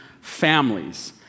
families